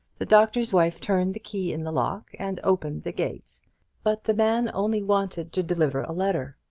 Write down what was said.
the doctor's wife turned the key in the lock and opened the gate but the man only wanted to deliver a letter,